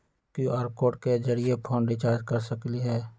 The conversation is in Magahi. कियु.आर कोड के जरिय फोन रिचार्ज कर सकली ह?